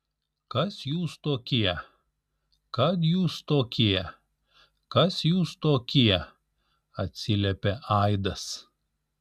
kas jūs tokie kad jūs tokie kas jūs tokie atsiliepė aidas